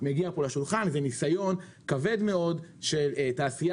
מגיע פה לשולחן זה ניסיון כבד מאוד של תעשייה